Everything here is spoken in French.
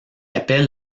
appelle